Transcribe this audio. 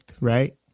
right